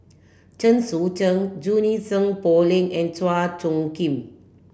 Chen Sucheng Junie Sng Poh Leng and Chua Phung Kim